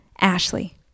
Ashley